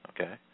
Okay